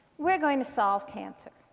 we're going to solve cancer.